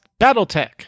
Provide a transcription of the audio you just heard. Battletech